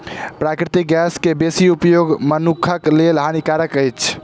प्राकृतिक गैस के बेसी उपयोग मनुखक लेल हानिकारक अछि